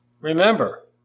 Remember